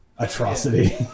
Atrocity